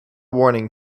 warning